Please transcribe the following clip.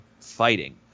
fighting